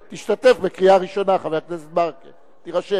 בבקשה.